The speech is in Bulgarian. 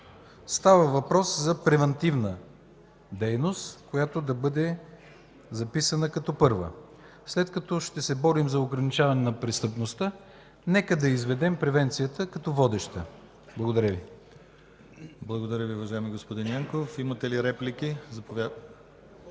Става въпрос за превантивна дейност, която да бъде записана като първа точка. След като ще се борим за ограничаване на престъпността, нека да изведем превенцията като водеща. Благодаря Ви. ПРЕДСЕДАТЕЛ ДИМИТЪР ГЛАВЧЕВ: Благодаря Ви, уважаеми господин Янков. Имате ли реплики? Няма.